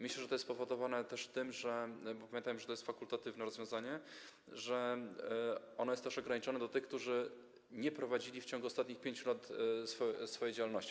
Myślę, że jest to spowodowane też tym - bo pamiętajmy, że jest to fakultatywne rozwiązanie - że jest to ograniczone do tych, którzy nie prowadzili w ciągu ostatnich 5 lat swojej działalności.